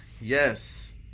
yes